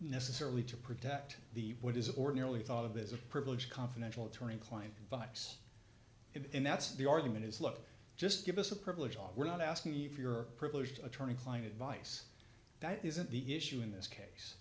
necessarily to protect the what is ordinarily thought of as a privilege confidential attorney client box and that's the argument is look just give us a privilege or we're not asking you for your privileged attorney client vice that isn't the issue in this case